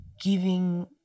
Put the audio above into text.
giving